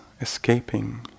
escaping